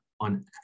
on